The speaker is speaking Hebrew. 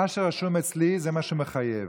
מה שרשום אצלי זה מה שמחייב.